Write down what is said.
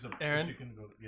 Aaron